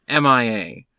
MIA